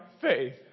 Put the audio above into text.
faith